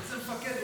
איזה מפקד?